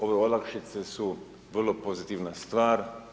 Ove olakšice su vrlo pozitivna stvar.